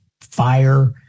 fire